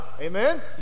Amen